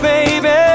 Baby